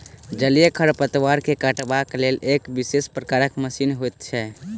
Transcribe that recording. जलीय खढ़पतवार के काटबाक लेल एक विशेष प्रकारक मशीन होइत छै